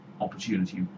Opportunity